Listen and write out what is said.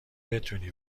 بتونی